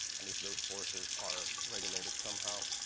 and if those forces are regulated somehow.